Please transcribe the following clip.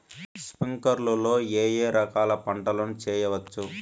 స్ప్రింక్లర్లు లో ఏ ఏ రకాల పంటల ను చేయవచ్చును?